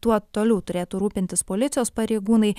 tuo toliau turėtų rūpintis policijos pareigūnai